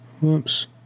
Whoops